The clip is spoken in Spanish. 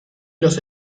los